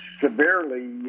severely